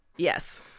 Yes